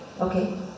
Okay